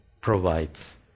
provides